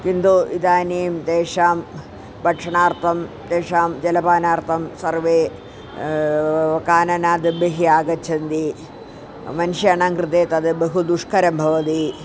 किन्तु इदानीं तेषां भक्षणार्थं तेषां जलपानार्थं सर्वे काननाद् बहिः आगच्छन्ति मनुष्याणां कृते तद् बहु दुष्करं भवति